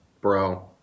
bro